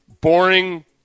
boring